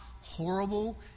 horrible